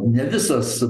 ne visas